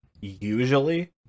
Usually